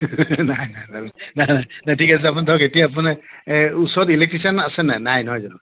নাই নাই নাই নাই নাই ঠিকেই আছে আপুনি ধৰক এতিয়া আপোনাৰ ওচৰত ইলেকট্ৰিচিয়ান আছেনে নাই নাই নহয় জানো